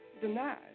Denied